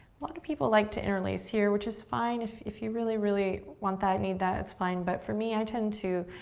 lot of people like to interlace here which is fine if if you really really want that, need that, it's fine, but for me, i tend to,